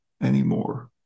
anymore